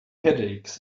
headaches